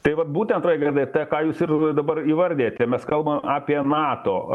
tai vat būtent raigardai tai ką jūs ir dabar įvardijate mes kalbam apie nato